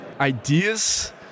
ideas